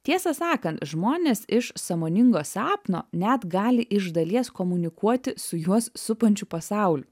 tiesą sakan žmonės iš sąmoningo sapno net gali iš dalies komunikuoti su juos supančiu pasauliu